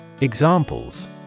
Examples